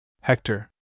Hector